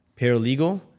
paralegal